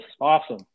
Awesome